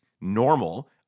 normal